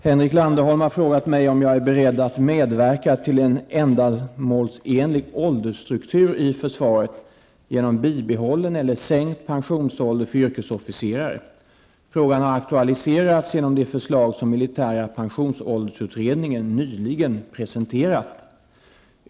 Henrik Landerholm har frågat mig om jag är beredd att medverka till en ändamålsenlig åldersstruktur i försvaret genom bibehållen eller sänkt pensionsålder för yrkesofficerare. Frågan har aktualiserats genom de förslag som militära pensionsåldersutredningen nyligen presenterat.